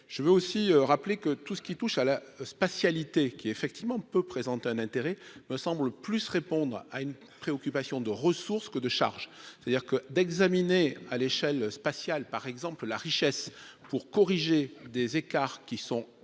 je veux aussi rappeler que tout ce qui touche à la spatialisation qui effectivement peut présente un intérêt me semble plus répondre à une préoccupation de ressources que de charge, c'est-à-dire que d'examiner à l'échelle spatiale par exemple la richesse pour corriger des écarts qui sont